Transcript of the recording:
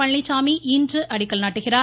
பழனிச்சாமி இன்று அடிக்கல் நாட்டுகிறார்